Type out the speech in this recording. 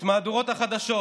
את מהדורות החדשות,